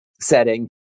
setting